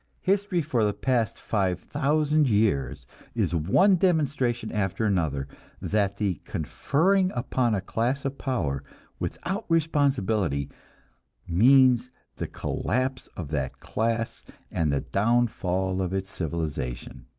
history for the past five thousand years is one demonstration after another that the conferring upon a class of power without responsibility means the collapse of that class and the downfall of its civilization.